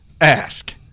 ask